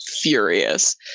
furious